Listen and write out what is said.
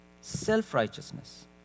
self-righteousness